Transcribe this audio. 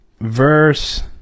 verse